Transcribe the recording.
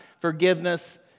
forgiveness